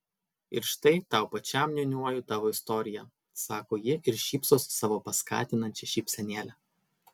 ir štai tau pačiam niūniuoju tavo istoriją sako ji ir šypsos savo paskatinančia šypsenėle